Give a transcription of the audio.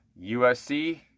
USC